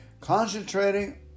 concentrating